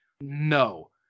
No